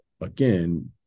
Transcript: again